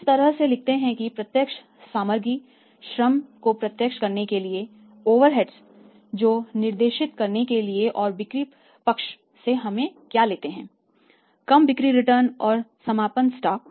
हम इस तरह से लिखते हैं कि प्रत्यक्ष सामग्री श्रम को प्रत्यक्ष करने के लिए ओवरहेड्स को निर्देशित करने के लिए और बिक्री पक्ष से हम क्या लेते हैं कम बिक्री रिटर्न और समापन स्टॉक